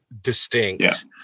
distinct